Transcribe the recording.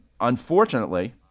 unfortunately